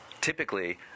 Typically